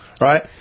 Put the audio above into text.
right